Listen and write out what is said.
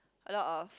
a lot of